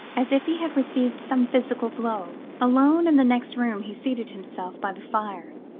as if he had received some physical blow. alone, in the next room, he seated himself by the fire,